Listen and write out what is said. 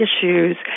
issues